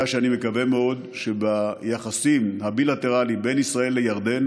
שאני מקווה מאוד שביחסים הבילטרליים בין ישראל לירדן,